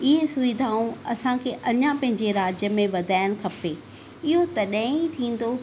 इहे सुविधाऊं असांखे अञा पंहिंजे राज्य में वधाइणु खपे इहो तॾहिं ई थींदो